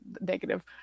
negative